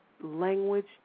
language